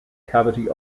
cavity